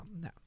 no